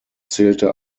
zählte